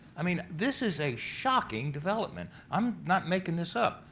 i mean, this is a shocking development. i'm not making this up.